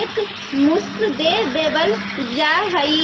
एक मुश्त दे देवल जाहई